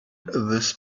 this